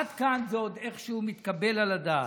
עד כאן זה עוד איכשהו מתקבל על הדעת,